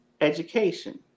education